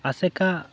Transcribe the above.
ᱟᱥᱮᱠᱟ